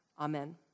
Amen